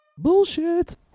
bullshit